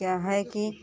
क्या है कि